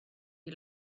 you